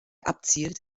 abzielt